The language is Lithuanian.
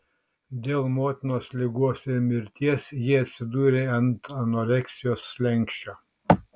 dėl motinos ligos ir mirties ji atsidūrė ant anoreksijos slenksčio